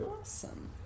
Awesome